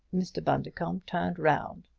mr. bundercombe turned round.